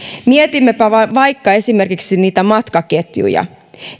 mietimmepä vaikka esimerkiksi niitä matkaketjuja